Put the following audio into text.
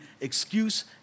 excuse